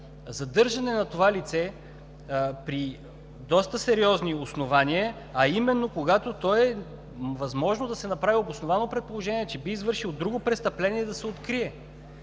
задържане на това лице при доста сериозни основания, а именно, когато е възможно да се направи обосновано предположение, че би извършил друго престъпление и да се укрие.